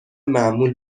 معمول